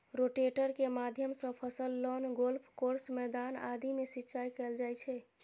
rotator के माध्यम सं फसल, लॉन, गोल्फ कोर्स, मैदान आदि मे सिंचाइ कैल जाइ छै